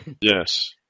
Yes